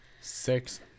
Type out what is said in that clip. Six